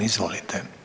Izvolite.